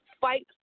fight